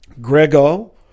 Grego